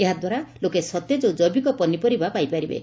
ଏହାଦ୍ୱାରା ଲୋକେ ସତେଜ ଓ ଜେବିକ ପନିପରିବା ପାଇପାରିବେ